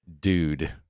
dude